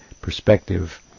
perspective